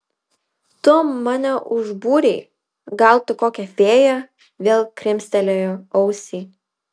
tu mane užbūrei gal tu kokia fėja vėl krimstelėjo ausį